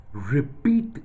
Repeat